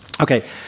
Okay